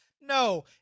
No